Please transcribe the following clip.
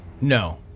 No